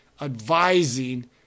advising